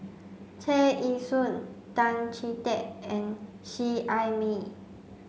Tear Ee Soon Tan Chee Teck and Seet Ai Mee